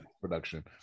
production